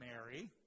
Mary